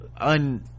un